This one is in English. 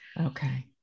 Okay